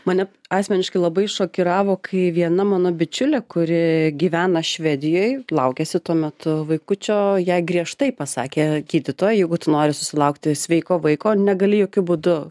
mane asmeniškai labai šokiravo kai viena mano bičiulė kuri gyvena švedijoj laukėsi tuo metu vaikučio jai griežtai pasakė gydytoja jeigu tu nori susilaukti sveiko vaiko negali jokiu būdu